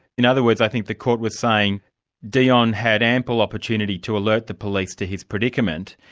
in other words, i think the court was saying dion had ample opportunity to alert the police to his predicament,